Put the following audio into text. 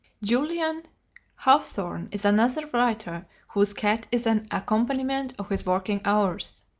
julian hawthorne is another writer whose cat is an accompaniment of his working hours.